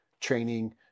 training